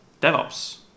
DevOps